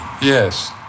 Yes